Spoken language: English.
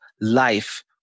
life